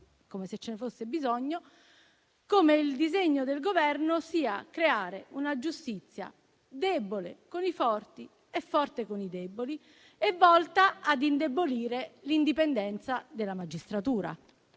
come se ce ne fosse bisogno, che il disegno del Governo sia creare una giustizia debole con i forti e forte con i deboli, volta ad indebolire l'indipendenza della magistratura.